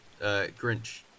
Grinch